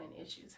issues